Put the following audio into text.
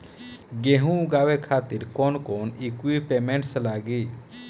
गेहूं उगावे खातिर कौन कौन इक्विप्मेंट्स लागी?